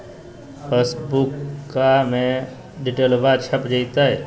पासबुका में डिटेल्बा छप जयते?